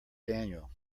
daniel